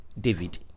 David